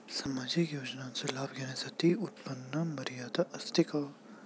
सामाजिक योजनांचा लाभ घेण्यासाठी उत्पन्न मर्यादा असते का?